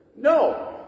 No